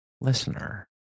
listener